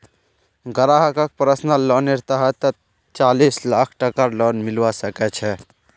ग्राहकक पर्सनल लोनेर तहतत चालीस लाख टकार लोन मिलवा सके छै